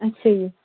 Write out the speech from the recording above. ਅੱਛਾ ਜੀ